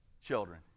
children